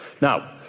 Now